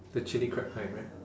the chilli crab kind right